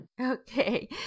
Okay